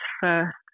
first